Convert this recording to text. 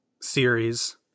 series